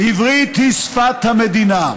"עברית היא שפת המדינה"